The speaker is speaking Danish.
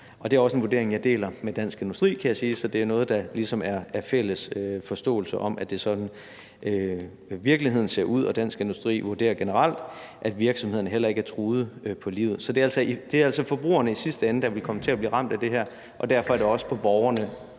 Det er også en vurdering, jeg deler med Dansk Industri, kan jeg sige, så det er noget, der ligesom er fælles forståelse for, altså at det er sådan, virkeligheden ser ud. Dansk Industri vurderer generelt, at virksomhederne heller ikke er truet på livet. Så det er altså forbrugerne i sidste ende, der vil komme til at blive ramt af det her, og derfor er det også over